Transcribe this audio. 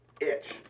itch